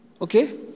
Okay